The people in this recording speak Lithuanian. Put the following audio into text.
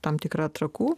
tam tikra trakų